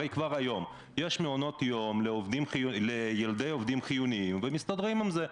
הרי כבר היום יש מעונות יום לילדי עובדים חיוניים ומסתדרים עם זה,